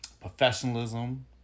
professionalism